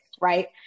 right